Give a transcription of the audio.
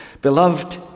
Beloved